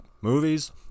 Movies